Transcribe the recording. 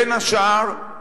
בין השאר,